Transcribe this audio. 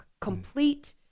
Complete